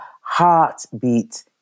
heartbeat